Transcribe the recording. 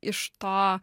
iš to